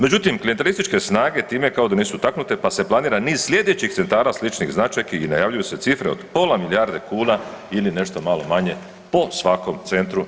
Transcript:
Međutim, klijentelističke snage time kao da nisu taknute, pa se planira niz slijedećih centara sličnih značajki i najavljuju se cifre od pola milijarde kuna ili nešto malo manje po svakom centru.